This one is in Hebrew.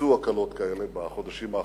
בוצעו הקלות כאלה בחודשים האחרונים: